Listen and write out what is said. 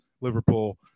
Liverpool